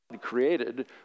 created